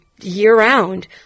year-round